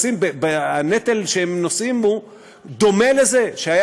כל מי שהיה שותף בשנים האחרונות לשיח